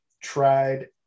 tried